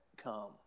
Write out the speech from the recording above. Come